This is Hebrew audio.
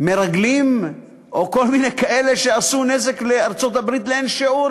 מרגלים או כל מיני כאלה שעשו לארצות-הברית נזק גדול יותר לאין שיעור,